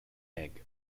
egg